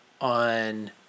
on